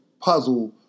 puzzle